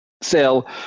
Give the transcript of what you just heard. sell